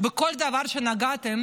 בכל דבר שנגעתם,